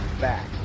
back